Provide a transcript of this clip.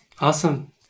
Awesome